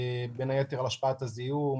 בין היתר על השפעת הזיהום,